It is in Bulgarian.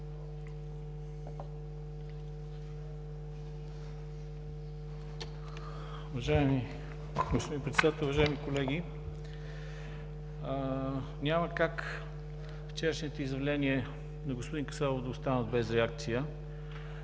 Уважаеми господин Председател, уважаеми колеги! Няма как вчерашните изявления на господин Касабов да останат без реакция.